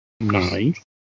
Nice